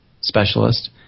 specialist